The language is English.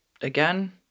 again